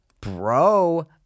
Bro